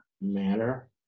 matter